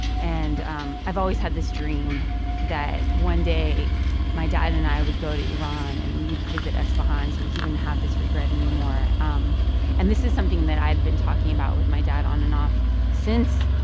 and um i've always had this dream that one day my dad and i would go to iran, and we'd visit isfahan, so he wouldn't have this regret anymore um and this is something that i'd been talking about with my dad on and off since,